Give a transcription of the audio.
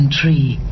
tree